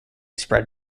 spread